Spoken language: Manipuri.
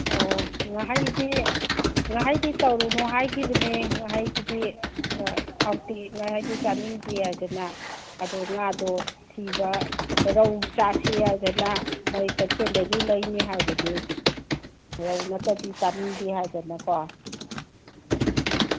ꯑꯣ ꯉꯥꯍꯩꯗꯤ ꯉꯥꯍꯩꯗꯤ ꯇꯧꯔꯨꯅꯣ ꯍꯥꯏꯈꯤꯕꯅꯦ ꯉꯥꯍꯩꯗꯨꯗꯤ ꯍꯥꯎꯇꯦ ꯉꯥꯍꯩꯗꯨ ꯆꯥꯅꯤꯡꯗꯦ ꯍꯥꯏꯗꯅ ꯑꯗꯣ ꯉꯥꯗꯣ ꯊꯤꯕ ꯔꯧ ꯆꯥꯁꯤ ꯍꯥꯏꯗꯅ ꯃꯣꯏ ꯀꯩꯊꯦꯜꯗꯒꯤ ꯂꯩꯅꯤ ꯍꯥꯏꯕꯅꯦ ꯔꯧ ꯅꯠꯇ꯭ꯔꯗꯤ ꯆꯥꯅꯤꯡꯗꯦ ꯍꯥꯏꯗꯅꯀꯣ